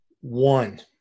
one